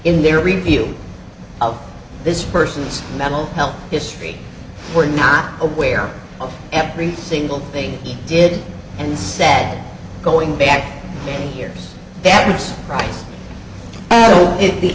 in their review of this person's mental health history were not aware of every single thing he did and said going back years that was right a